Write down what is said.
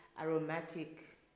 aromatic